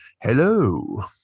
hello